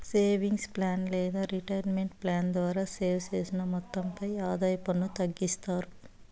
savings plan లేదా retirement plan ద్వారా save చేసిన మొత్తంపై ఆదాయ పన్ను తగ్గిస్తారు